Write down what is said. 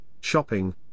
shopping